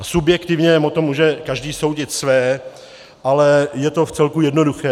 A subjektivně o tom může každý soudit své, ale je to vcelku jednoduché.